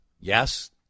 yes